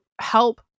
help